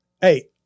Hey